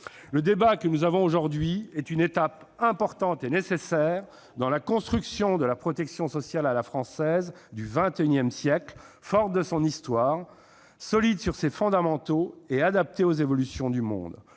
Le débat que nous tenons aujourd'hui est une étape importante et nécessaire dans la construction de la protection sociale à la française du XXI siècle, forte de son histoire, solide sur ses fondamentaux et adaptée aux évolutions du monde.